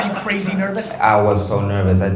and crazy nervous? i was so nervous,